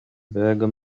białego